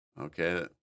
Okay